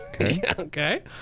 Okay